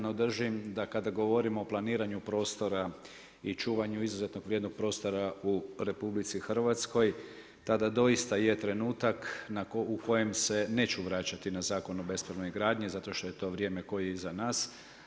No držim, da kada govorimo o planiranju prostora i čuvanju izuzetnog vrijednog prostora u RH, tada dosita je trenutak u kojem se neću vraćati na Zakon o bespravnoj gradnji, zato što je to vrijeme koje je iza nas.